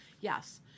Yes